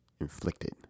inflicted